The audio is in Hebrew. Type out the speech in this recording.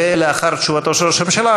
ולאחר תשובתו של ראש הממשלה,